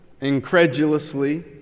incredulously